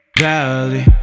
valley